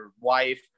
wife